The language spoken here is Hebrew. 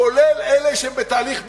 גם אלה שהם בתהליך ביצוע.